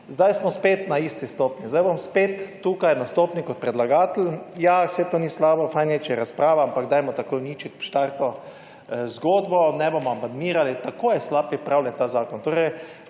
Zdaj smo spet na isti stopnji. Zdaj bom spet tukaj na stopnji kot predlagatelj »ja, saj to ni slabo, fajn je, če je razprava, ampak dajmo takoj v štartu uničiti zgodbo, ne bomo amandmirali, tako slabo je pripravljen ta zakon«.